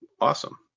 Awesome